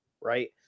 right